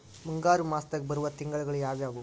ಮುಂಗಾರು ಮಾಸದಾಗ ಬರುವ ತಿಂಗಳುಗಳ ಯಾವವು?